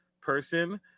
person